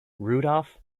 rudolf